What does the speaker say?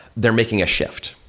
they're making a shift.